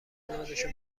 نازشو